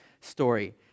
story